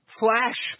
flash